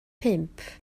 pump